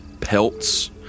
pelts